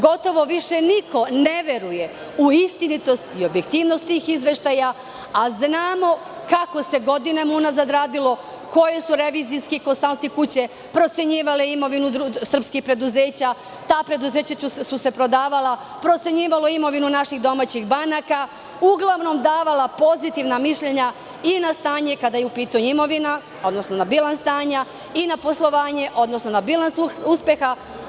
Gotovo više ne veruje u istinitost i objektivnost tih izveštaja, a znamo kako se godinama unazad radilo, koje su revizorske i konsalting kuće procenjivale imovinu srpskih preduzeća, ta preduzeća su se prodavala, procenjivale imovinu naših domaćih banaka, uglavnom davale pozitivna mišljenja i na stanje kada je u pitanju imovina, odnosno na bilans stanja i na poslovanje, odnosno na bilans uspeha.